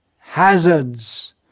hazards